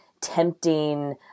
tempting